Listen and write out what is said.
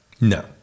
No